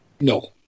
No